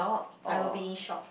I will be shocked